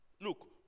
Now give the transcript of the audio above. Look